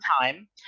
time